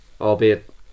albeit